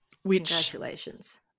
Congratulations